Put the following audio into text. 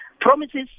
Promises